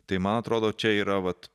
tai man atrodo čia yra vat